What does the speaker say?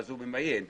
הוא ממיין.